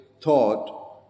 thought